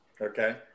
okay